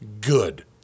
good